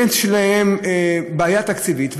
יש להן בעיה תקציבית,